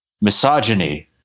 misogyny